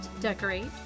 decorate